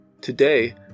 Today